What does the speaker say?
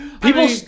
People